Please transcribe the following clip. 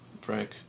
Frank